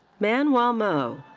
man wa mo.